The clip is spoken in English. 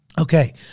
Okay